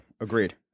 Agreed